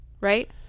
right